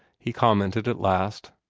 he commented at last.